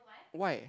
why